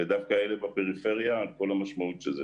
ודווקא אלה הן בפריפריה, על כל המשמעות של זה.